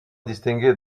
distingué